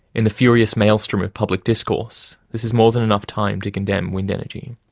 in the furious maelstrom of public discourse, this is more than enough time to condemn wind energy.